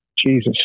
Jesus